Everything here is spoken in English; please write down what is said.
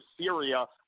Syria